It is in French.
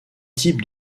type